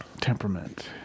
temperament